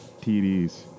TDs